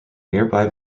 nearby